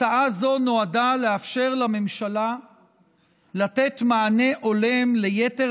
הצעה זו נועדה לאפשר לממשלה לתת מענה הולם ליתר